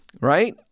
right